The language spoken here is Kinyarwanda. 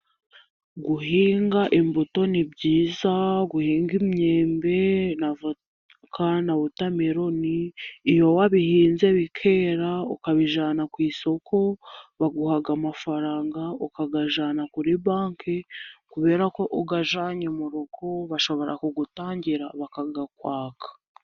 Guhinga imbuto ni byiza guhinga imyembe, na voka, na wotameloni, iyo wabihinze bikera ukabijyana ku isoko baguhaga amafaranga ukayajyana kuri banki, kuberako uyajyanye mu rugo bashobora kugutangira bakayakwaka.